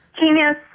Genius